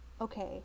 okay